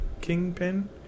Kingpin